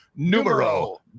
Numero